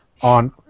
on